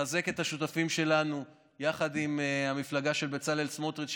לחזק את השותפים שלנו יחד עם המפלגה של בצלאל סמוטריץ',